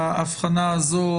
ההבחנה הזו,